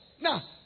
Now